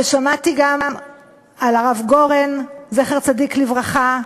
ושמעתי גם על הרב גורן, זכר צדיק לברכה,